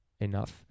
enough